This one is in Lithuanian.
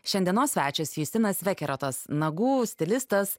šiandienos svečias justinas vekerotas nagų stilistas